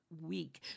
week